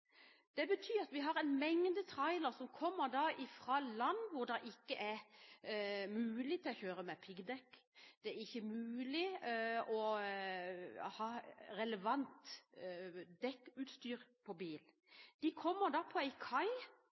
Det betyr at det er en mengde trailere som kommer fra land hvor det ikke er mulig å kjøre med piggdekk, og hvor det ikke er mulig å ha relevante dekk på bilen. Slike biler kommer da til kai.